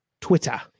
Twitter